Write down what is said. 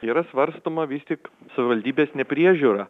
yra svarstoma vis tik savivaldybės nepriežiūra